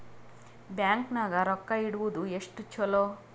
Bank ನಾಗ ರೊಕ್ಕ ಇಡುವುದು ಎಷ್ಟು ಚಲೋ?